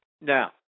Now